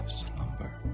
slumber